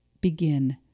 Begin